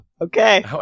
okay